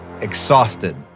exhausted